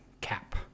cap